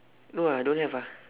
no I don't have ah